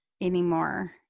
anymore